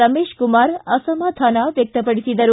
ರಮೇಶಕುಮಾರ ಅಸಮಾಧಾನ ವ್ಯಕ್ತಪಡಿಸಿದರು